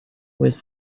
with